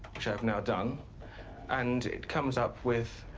which i have now done and it comes up with